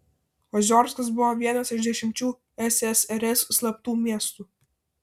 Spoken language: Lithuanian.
oziorskas buvo vienas iš dešimčių ssrs slaptų miestų